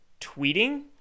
tweeting